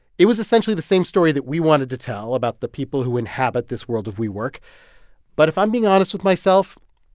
it was essentially the same story that we wanted to tell about the people who inhabit this world of wework, but if i'm being honest with myself,